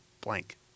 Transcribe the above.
blank